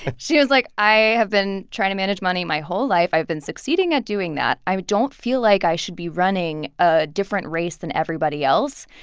she was like, i have been trying to manage money my whole life. i've been succeeding at doing that. i don't feel like i should be running a different race than everybody else.